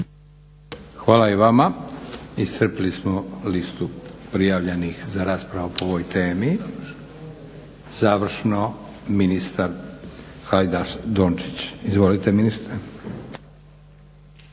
Hvala i vama. Iscrpili smo listu prijavljenih za raspravu po ovoj temi. Završni ministar Hajdaš Dončić. Izvolite ministre.